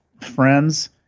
friends –